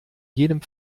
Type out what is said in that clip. jedem